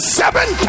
seven